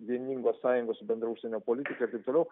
vieningos sąjungos bendra užsienio politika ir taip toliau